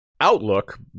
outlook